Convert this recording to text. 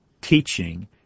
teaching